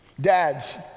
Dads